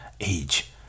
age